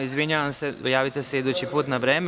Izvinjavam se, javite se idući put na vreme.